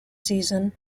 season